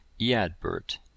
Eadbert